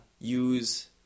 use –